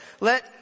let